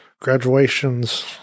graduations